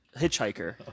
hitchhiker